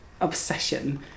obsession